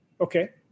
Okay